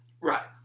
Right